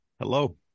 Hello